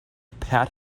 pat